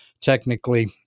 technically